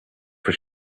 for